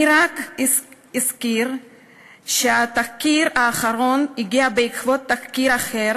אני רק אזכיר שהתחקיר האחרון הגיע בעקבות תחקיר אחר